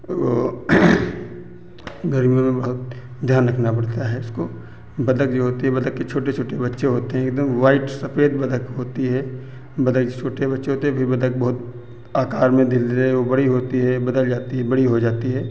वो गर्मियों में बहुत ध्यान रखना पड़ता है उसको बतख जो होती है बतख के छोटे छोटे बच्चे होते हैं एकदम वाइट सफेद बतख होती है बतख जैसे छोटे बच्चे होते फिर बतख बहुत आकार में धीरे धीरे वो बड़ी होती है बदल जाती है बड़ी हो जाती है